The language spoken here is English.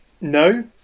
No